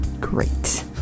Great